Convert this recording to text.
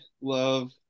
Love